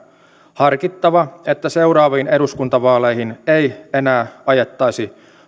harkittava että seuraaviin eduskuntavaaleihin ei enää ajettaisi